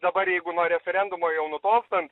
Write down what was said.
dabar jeigu nuo referendumo jau nutolstant